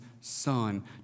son